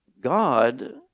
God